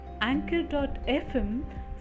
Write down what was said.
anchor.fm